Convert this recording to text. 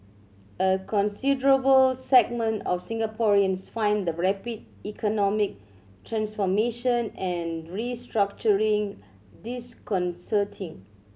a considerable segment of Singaporeans find the rapid economic transformation and restructuring disconcerting